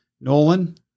Nolan